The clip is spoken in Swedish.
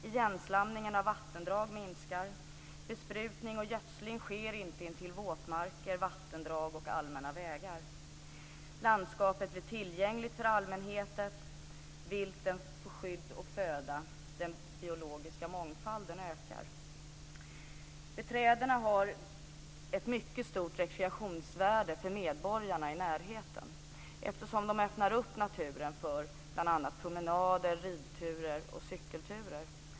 Igenslamningen av vattendrag minskar. Besprutning och gödsling sker inte intill våtmarker, vattendrag och allmänna vägar. Landskapet är tillgängligt för allmänheten. Viltet får skydd och föda. Den biologiska mångfalden ökar. "Beträdorna" har ett mycket stort rekreationsvärde för medborgarna i närheten, eftersom de öppnar naturen för bl.a. promenader, ridturer och cykelturer.